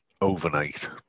overnight